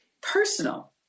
personal